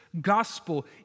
gospel